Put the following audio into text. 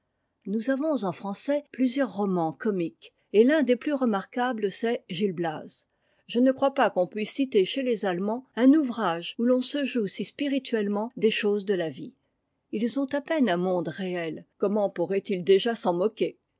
nous avons en français plusieurs romans comiques et l'un des plus remarquables c'est gt a je ne crois pas qu'on puisse citer chez jes allemands un ouvrage où l'on se joue si spirituellement des choses de la vie ils ont à peine un monde réel comment pourraient-ils déjà s'en moquer